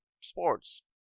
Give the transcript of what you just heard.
sports